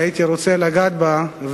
שהייתי רוצה לגעת בה,